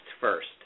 first